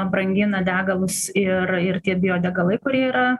brangina degalus ir ir tie biodegalai kurie yra